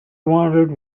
wanted